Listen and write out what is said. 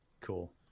cool